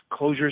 closures